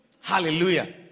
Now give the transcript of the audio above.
Hallelujah